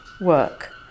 work